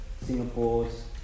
Singapore's